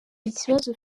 ikibazo